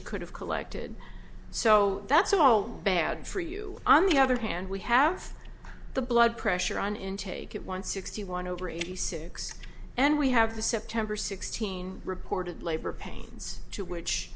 he could have collected so that's all bad for you on the other hand we have the blood pressure on intake it one sixty one over eighty six and we have the september sixteen reported labor pains to which